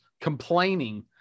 complaining